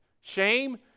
Shame